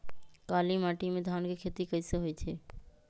काली माटी में धान के खेती कईसे होइ छइ?